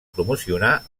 promocionar